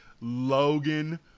Logan